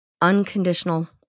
unconditional